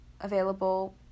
available